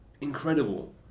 incredible